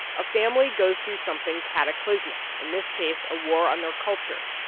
a family goes through something cataclysmic in this case, a war on their culture.